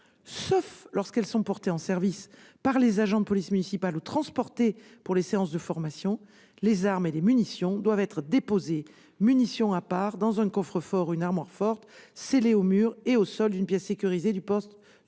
sauf lorsqu'elles sont portées en service par les agents de police municipale ou transportées pour les séances de formation [...], les armes [...] et les munitions doivent être déposées, munitions à part, dans un coffre-fort ou une armoire forte scellés au mur et au sol d'une pièce sécurisée du poste